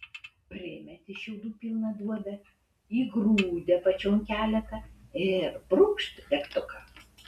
primeti šiaudų pilną duobę įgrūdi apačion keletą ir brūkšt degtuką